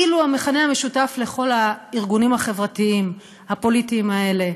אילו המכנה המשותף לכל הארגונים החברתיים הפוליטיים האלה,